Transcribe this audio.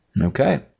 Okay